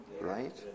right